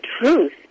truth